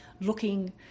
looking